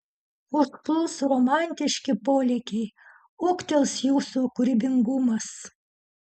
užplūs romantiški polėkiai ūgtels jūsų kūrybingumas